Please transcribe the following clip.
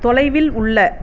தொலைவில் உள்ள